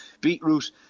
beetroot